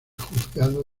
juzgado